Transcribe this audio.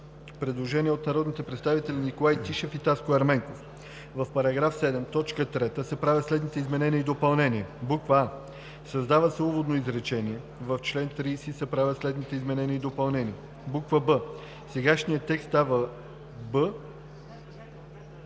предложение от народните представители Николай Тишев и Таско Ерменков: „В § 7, т. 3 се правят следните изменения и допълнения: а) създава се уводно изречение: „В чл. 30 се правят следните изменения и допълнения:“ б) сегашният текст става